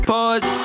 Pause